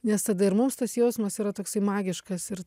nes tada ir mums tas jausmas yra toksai magiškas ir